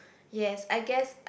yes I guess